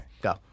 go